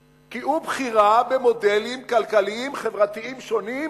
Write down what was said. כי הוא בחירה במודלים כלכליים חברתיים שונים,